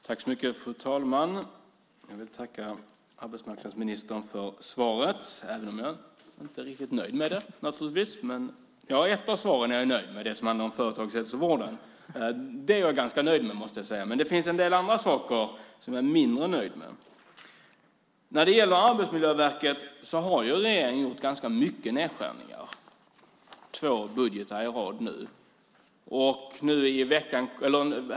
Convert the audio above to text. Fru talman! Jag vill tacka arbetsmarknadsministern för svaret, även om jag naturligtvis inte är riktigt nöjd med det. Ja, ett av svaren är jag nöjd med, det som handlar om företagshälsovården. Det är jag ganska nöjd med, måste jag säga, men det finns en del andra saker som jag är mindre nöjd med. När det gäller Arbetsmiljöverket har regeringen gjort ganska stora nedskärningar i två budgetar i rad nu.